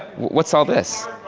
what's all this?